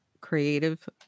creative